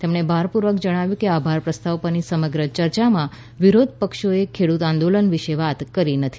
તેમણે ભારપૂર્વક જણાવ્યું કે આભાર પ્રસ્તાવ પરની સમગ્ર ચર્ચામાં વિરોધ પક્ષોએ ખેડૂત આંદોલન વિશે વાત કરી નથી